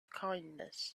kindness